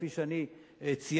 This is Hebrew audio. כפי שאני ציינתי,